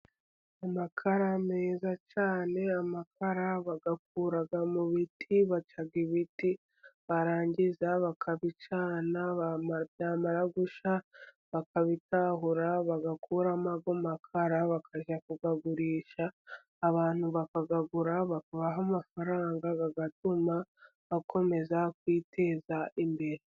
Amakara meza cyane, amakara bayakura mu biti, baca ibiti barangiza bakabicana byamara gusha, bakabitahura bagakuramo ayo makara bakajya kuyagurisha, abantu bakayagura bakabaha amafaranga bagatuma akomeza kwiteza imbere.